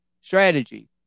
Strategy